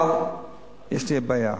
אבל יש לי בעיה,